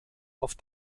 auf